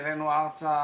העלינו ארצה